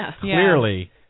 Clearly